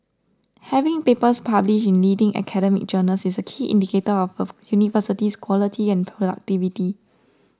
having papers published in leading academic journals is a key indicator of of university's quality and productivity